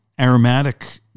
aromatic